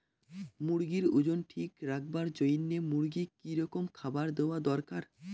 মুরগির ওজন ঠিক রাখবার জইন্যে মূর্গিক কি রকম খাবার দেওয়া দরকার?